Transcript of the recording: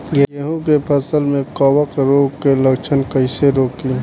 गेहूं के फसल में कवक रोग के लक्षण कईसे रोकी?